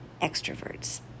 extroverts